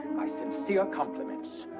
my sincere compliments.